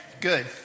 good